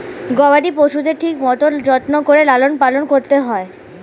গবাদি পশুদের ঠিক মতন যত্ন করে লালন পালন করতে হয়